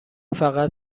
فقط